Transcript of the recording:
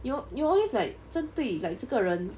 you you always like 针对 like 这个人